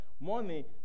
money